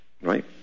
Right